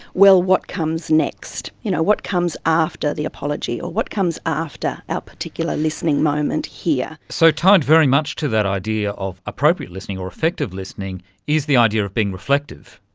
well, what comes next, you know what comes after the apology or what comes after our particular listening moment here? so, tied very much to that idea of appropriate listening or effective listening is the idea of being reflective.